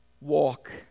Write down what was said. Walk